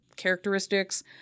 characteristics